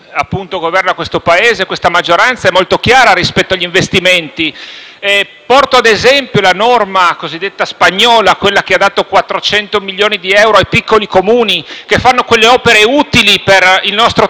governa il Paese, sia molto chiara rispetto agli investimenti. Porto ad esempio la norma cosiddetta spagnola, quella che ha dato 400 milioni di euro ai piccoli Comuni, che fanno quelle opere utili per il nostro tessuto